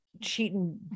cheating